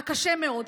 הקשה מאוד,